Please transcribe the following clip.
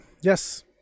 yes